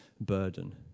burden